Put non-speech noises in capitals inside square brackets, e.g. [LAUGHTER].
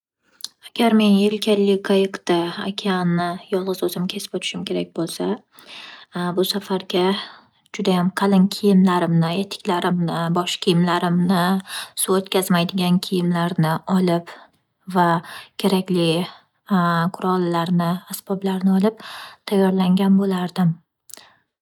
Agar men yelkanli qayiqda okeanni yolg'iz o'zim kesib o'tishim kerak bo'lsa, [HESITATION] bu safarga judayam qalin kiyimlarimni, etiklarimni, bosh kiyimlarimni, suv o'tkazmaydigan kiyimlarni olib, va kerakli [HESITATION] qurollarni, asboblarni olib tayyorlangan bo'lardim.